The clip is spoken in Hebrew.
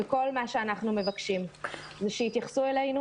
כל מה שאנחנו מבקשים זה שיתייחסו אלינו